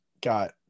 got